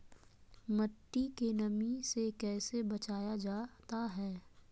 मट्टी के नमी से कैसे बचाया जाता हैं?